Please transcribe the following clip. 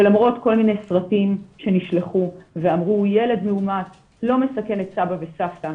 ולמרות כל מיני סרטים שנשלחו ואמרו שילד מאומת לא מסכן את סבא וסבתא,